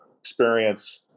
experience